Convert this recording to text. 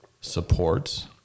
supports